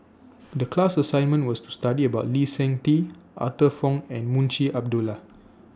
The class assignment was to study about Lee Seng Tee Arthur Fong and Munshi Abdullah